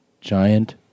giant